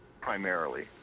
primarily